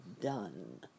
done